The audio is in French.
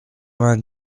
vingt